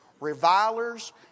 revilers